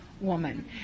woman